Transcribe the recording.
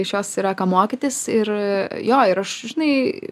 iš jos yra ką mokytis ir jo ir aš žinai